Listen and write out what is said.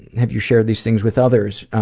have you shared these things with others?